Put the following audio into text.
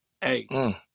Hey